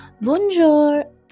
bonjour